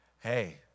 hey